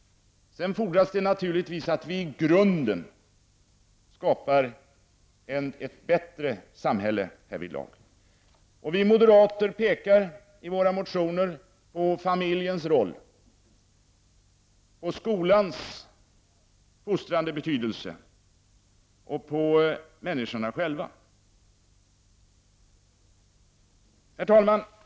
Det fordras också naturligtvis att vi i grunden skapar ett bättre samhälle härvidlag. Vi moderater pekar i våra motioner på familjens roll, på skolans fostrande betydelse och på människorna själva. Herr talman!